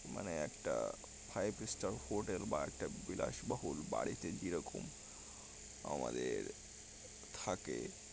মানে একটা five star hotel বা একটা বিলাসবহুল বাড়িতে যেরকম আমাদের থাকে